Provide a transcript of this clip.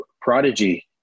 prodigy